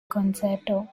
concerto